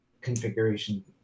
configuration